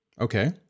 okay